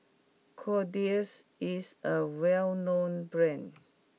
Kordel's is a well known brand